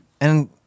And-